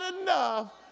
enough